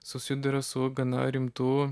susiduria su gana rimtu